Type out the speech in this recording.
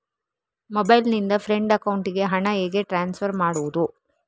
Mobile ನಿಂದ friend ಅಕೌಂಟಿಗೆ ಹಣ ಹೇಗೆ ಟ್ರಾನ್ಸ್ಫರ್ ಮಾಡುವುದು?